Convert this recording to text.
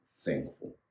thankful